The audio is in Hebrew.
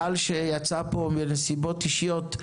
טל שיצאה מפה בנסיבות אישיות,